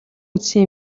үзсэн